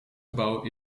gebouw